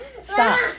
stop